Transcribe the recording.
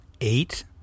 eight